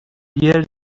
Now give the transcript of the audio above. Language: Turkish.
yer